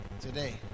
today